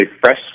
fresh